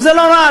וזה לא רע.